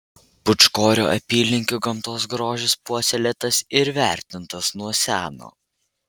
pūčkorių apylinkių gamtos grožis puoselėtas ir vertintas nuo seno